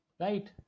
right